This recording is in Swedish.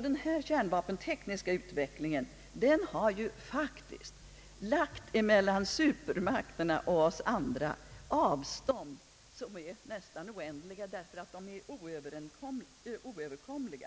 Denna kärnvapentekniska utveckling har faktiskt lagt mellan supermakterna och oss andra avstånd som är nästan oändliga därför att de är oöverkomliga,